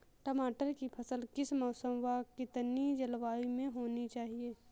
टमाटर की फसल किस मौसम व कितनी जलवायु में होनी चाहिए?